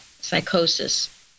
psychosis